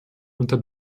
unter